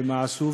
ומה עשו,